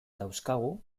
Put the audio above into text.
dauzkagu